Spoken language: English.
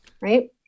right